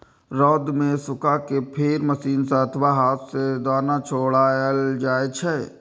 रौद मे सुखा कें फेर मशीन सं अथवा हाथ सं दाना छोड़ायल जाइ छै